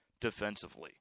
defensively